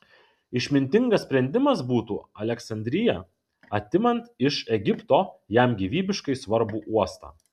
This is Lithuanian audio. išmintingas sprendimas būtų aleksandrija atimant iš egipto jam gyvybiškai svarbų uostą